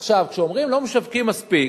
עכשיו, כשאומרים: לא משווקים מספיק,